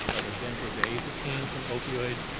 are there benzodiazepines and opioids,